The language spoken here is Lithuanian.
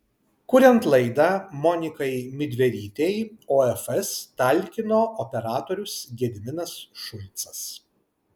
kuriant laidą monikai midverytei ofs talkino operatorius gediminas šulcas